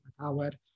Howard